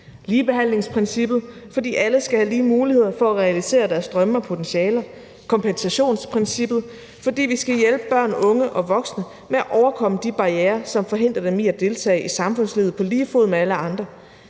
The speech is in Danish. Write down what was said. Ligebehandlingsprincippet, fordi alle skal have lige muligheder for at realisere deres drømme og potentialer; kompensationsprincippet, fordi vi skal hjælpe børn, unge og voksne med at overkomme de barrierer, som forhindrer dem i at deltage i samfundslivet på lige fod med alle andre;